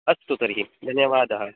अस्तु तर्हि धन्यवादाः